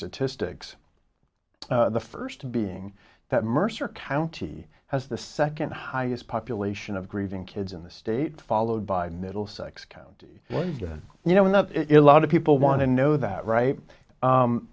statistics the first being that mercer county has the second highest population of grieving kids in the state followed by middlesex county well you know enough it a lot of people want to know that right